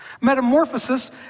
Metamorphosis